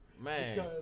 Man